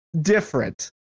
different